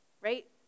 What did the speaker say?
Right